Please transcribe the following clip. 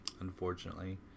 unfortunately